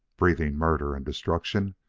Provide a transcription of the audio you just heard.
breathing murder and destruction,